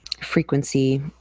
frequency